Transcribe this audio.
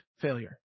failure